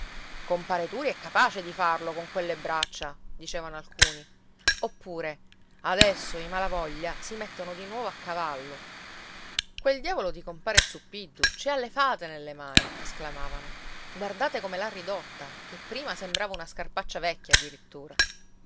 compare turi è capace di farlo con quelle braccia dicevano alcuni oppure adesso i malavoglia si mettono di nuovo a cavallo quel diavolo di compare zuppiddu ci ha le fate nelle mani esclamavano guardate come l'ha ridotta che prima sembrava una scarpaccia vecchia addirittura